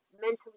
Mentally